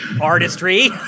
artistry